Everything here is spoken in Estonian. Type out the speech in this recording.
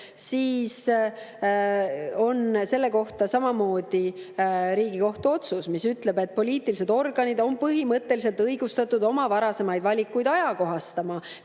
siis selle kohta on samamoodi Riigikohtu otsus, mis ütleb, et poliitilised organid on põhimõtteliselt õigustatud oma varasemaid valikuid ajakohastama,